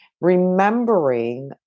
remembering